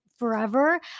Forever